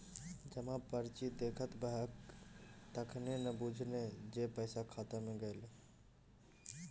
जमा पर्ची देखेबहक तखने न बुझबौ जे पैसा खाता मे गेलौ